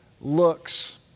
looks